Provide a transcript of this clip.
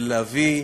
ולהביא,